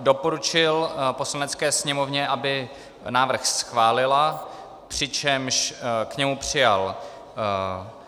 Doporučil Poslanecké sněmovně, aby návrh schválila, přičemž k němu přijal